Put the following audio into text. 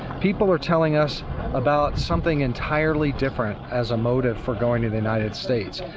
people are telling us about something entirely different as a motive for going to the united states,